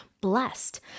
blessed